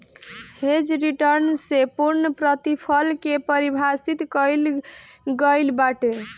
hedge return से पूर्णप्रतिफल के पारिभाषित कईल गईल बाटे